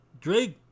Drake